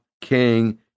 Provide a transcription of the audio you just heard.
King